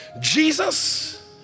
jesus